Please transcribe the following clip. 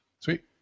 Sweet